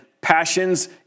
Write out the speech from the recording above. passions